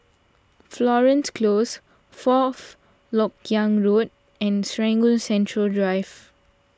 Florence Close Fourth Lok Yang Road and Serangoon Central Drive